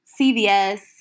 CVS